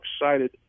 excited